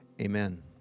Amen